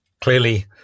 Clearly